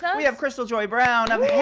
so we have krystal joy brown